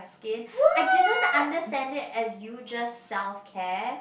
skin I didn't understand it as you just self care